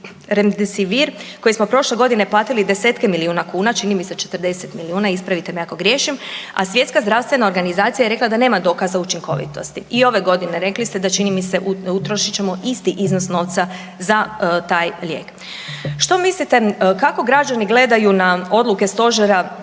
Remdesivir koji smo prošle godine platili desetke milijuna kuna, čini mi se 40 milijuna ispravite me ako griješim, a Svjetska zdravstvena organizacija je rekla da nema dokaza učinkovitosti. I ove godine rekli ste da čini mi se, utrošit ćemo isti iznos novca za taj lijek. Što mislite kako građani gledaju na odluke Stožera